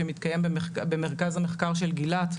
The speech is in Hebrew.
שמתקיים במרכז המחקר של גילת,